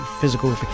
physical